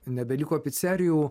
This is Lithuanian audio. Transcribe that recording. nebeliko picerijų